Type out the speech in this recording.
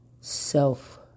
self